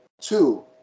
two